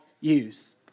use